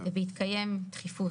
ובהתקיים דחיפות,